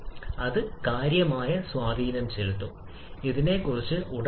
എന്തുകൊണ്ടാണ് താപനിലയുമായി പ്രത്യേകമായി വ്യത്യാസപ്പെടേണ്ടത്